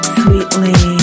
sweetly